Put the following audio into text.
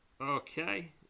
Okay